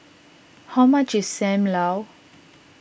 how much is Sam Lau